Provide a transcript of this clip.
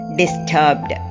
disturbed